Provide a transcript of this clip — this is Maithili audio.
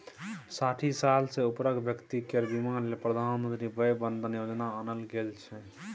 साठि साल सँ उपरक बेकती केर बीमा लेल प्रधानमंत्री बय बंदन योजना आनल गेल छै